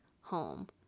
home